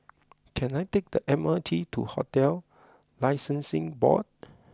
can I take the M R T to Hotels Licensing Board